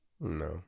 No